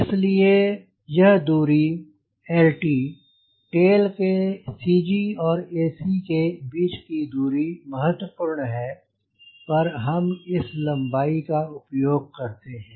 इसलिए यह दूरी l t टेल के CG और ac के बीच की दूरी महत्वपूर्ण है पर हम इस लंबाई का उपयोग करते हैं